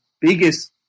biggest